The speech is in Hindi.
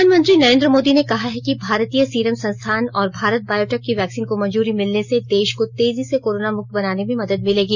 प्रधानमंत्री नरेन्द्र मोदी ने कहा है कि भारतीय सीरम संस्थान और भारत बॉयोटेक की वैक्सीन को मंजुरी मिलने से देश को तेजी से कोरोना मुक्त बनाने में मदद मिलेगी